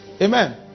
Amen